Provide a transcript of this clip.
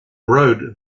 road